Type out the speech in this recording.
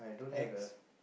X